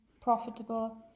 profitable